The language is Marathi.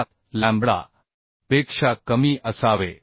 7 लॅम्बडा पेक्षा कमी असावे